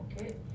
Okay